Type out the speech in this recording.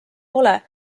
pole